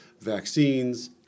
vaccines